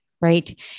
Right